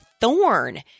thorn